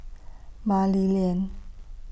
Mah Li Lian